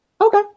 okay